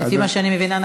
לפי מה שאני מבינה,